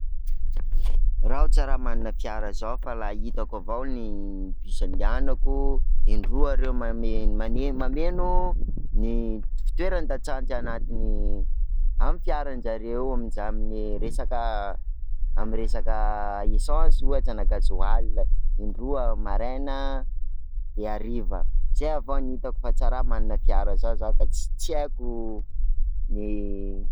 R'aho tsa raha manana fiara zao fa raha hitako avao ny bus andehanako, indroa reo mame- mane- mameno ny fitoeran-dasantsy anatin'ny, amin'ny fiaranjareo, aminza- amin'ny resaka ami'ny resaka esansy ohatra na gazoaly, indroa, maraina de hariva, zay avao no hitako fa tsa raha mana fiara zao zaho ka tst haiko ny.